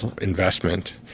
investment